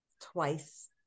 twice